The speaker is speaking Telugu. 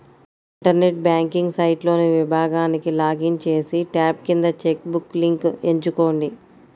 ఇంటర్నెట్ బ్యాంకింగ్ సైట్లోని విభాగానికి లాగిన్ చేసి, ట్యాబ్ కింద చెక్ బుక్ లింక్ ఎంచుకోండి